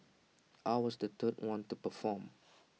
I was the third one to perform